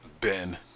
Ben